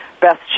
best